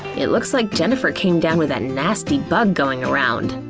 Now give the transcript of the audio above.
it looks like jennifer came down with that nasty bug going around.